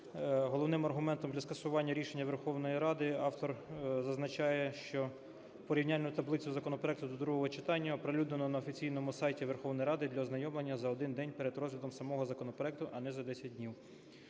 Головним аргументом для скасування рішення Верховної Ради, автор зазначає, що порівняльну таблицю законопроекту до другого читання оприлюднено на офіційному сайті Верховної Ради для ознайомлення за один день перед розглядом самого законопроекту, а не за 10 днів.